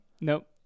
Nope